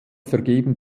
vergeben